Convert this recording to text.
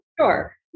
Sure